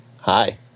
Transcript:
Hi